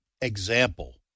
example